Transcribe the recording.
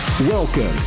Welcome